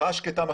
מחאה שקטה,